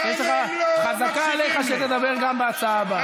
חזקה עליך שתדבר גם בהצעה הבאה.